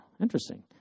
interesting